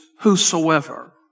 whosoever